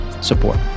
support